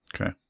Okay